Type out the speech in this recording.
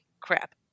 crap